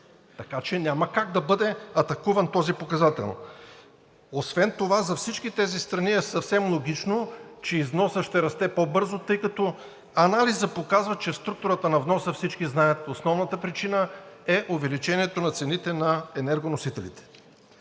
Така че няма как да бъде атакуван този показател. Освен това за всички тези страни е съвсем логично, че износът ще расте по-бързо, тъй като анализът показва, че структурата на вноса, всички знаят, основната причина е увеличението на цените на енергоносителите.